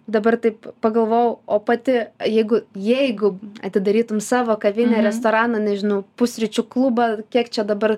dabar taip pagalvojau o pati jeigu jeigu atidarytum savo kavinę restoraną nežinau pusryčių klubą kiek čia dabar